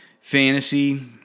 fantasy